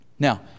Now